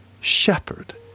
shepherd